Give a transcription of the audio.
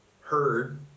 heard